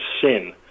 Sin